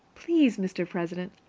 please, mr. president,